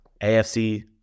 AFC